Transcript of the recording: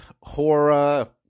horror